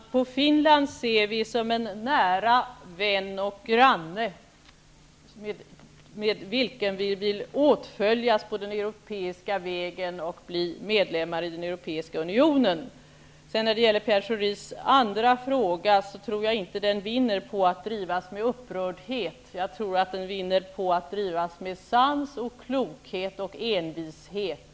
Herr talman! På Finland ser vi som en nära vän och granne med vilken vi vill följas åt på den europeiska vägen och bli medlemmar i den europeiska unionen. Jag tror inte Pierre Schoris andra fråga vinner på att drivas med upprördhet. Jag tror att den vinner på att drivas med sans, klokhet och envishet.